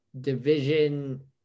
division